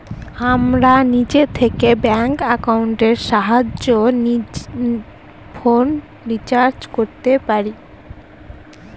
আমরা নিজে থেকে ব্যাঙ্ক একাউন্টের সাহায্যে ফোনের রিচার্জ করতে পারি